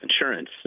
insurance